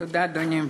תודה, אדוני.